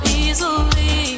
easily